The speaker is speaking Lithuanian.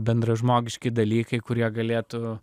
bendražmogiški dalykai kurie galėtų